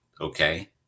okay